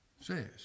says